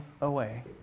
away